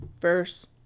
verse